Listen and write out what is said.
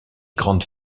grandes